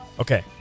Okay